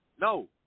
no